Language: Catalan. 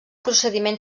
procediment